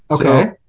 Okay